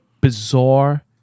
bizarre